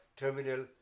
terminal